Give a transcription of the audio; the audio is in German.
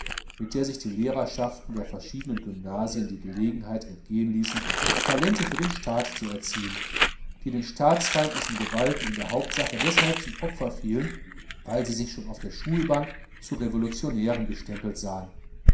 mit der sich die lehrerschaften der verschiedenen gymnasien die gelegenheit entgehen ließen talente für den staat zu erziehen die den staatsfeindlichen gewalten in der hauptsache deshalb zum opfer fielen weil sie sich schon auf der schulbank zu revolutionären gestempelt sahen